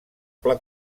pla